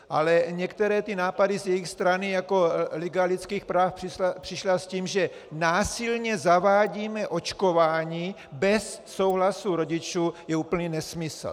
Ale některé nápady z jejich strany, jako Liga lidských práv přišla s tím, že násilně zavádíme očkování bez souhlasu rodičů, je úplný nesmysl.